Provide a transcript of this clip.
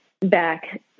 back